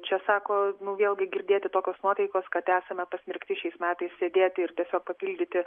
čia sako nu vėlgi girdėti tokios nuotaikos kad esame pasmerkti šiais metais sėdėti ir tiesiog papildyti